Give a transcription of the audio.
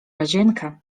łazienkę